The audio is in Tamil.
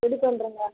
ரெடி பண்ணுறேன்க்கா